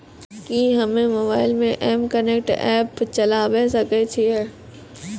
कि हम्मे मोबाइल मे एम कनेक्ट एप्प चलाबय सकै छियै?